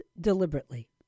deliberately